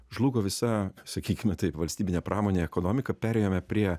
žlugo visa sakykime taip valstybinė pramonė ekonomika perėjome prie